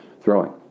throwing